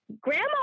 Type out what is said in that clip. Grandma